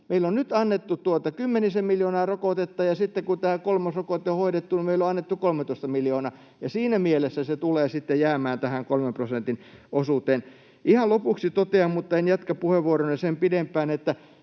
meillä on nyt annettu kymmenisen miljoonaa rokotetta, ja sitten kun tämä kolmosrokote on hoidettu, meillä on annettu 13 miljoonaa, ja siinä mielessä se tulee sitten jäämään tähän 3 prosentin osuuteen. Ihan lopuksi totean — mutta en jatka puheenvuoroani sen pidempään